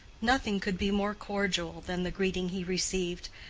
nothing could be more cordial than the greeting he received,